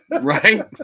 Right